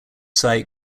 site